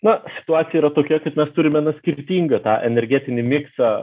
na situacija yra tokia kad mes turime na skirtingą tą energetinį miksą